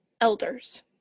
elders